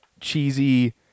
cheesy